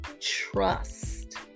Trust